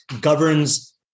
governs